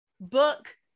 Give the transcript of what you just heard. book